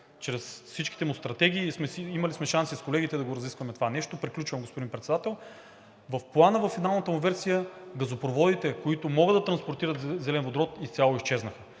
чрез всичките му стратегии сме имали шанс с колегите да го разискваме това нещо. Приключвам, господин Председател. В Плана във финалната му версия газопроводите, които могат да транспортират зелен водород, изцяло изчезна.